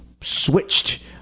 switched